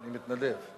אני מתנדב.